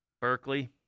Berkeley